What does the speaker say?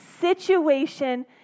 situation